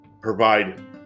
provide